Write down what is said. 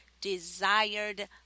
desired